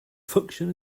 function